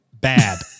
Bad